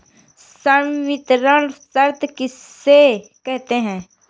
संवितरण शर्त किसे कहते हैं?